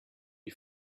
you